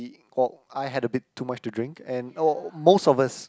well I had a bit too much to drink and oh most of us